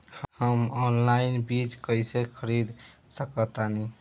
हम ऑनलाइन बीज कईसे खरीद सकतानी?